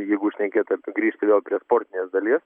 jeigu šnekėt apie grįžti vėl prie sportinės dalies